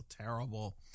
terrible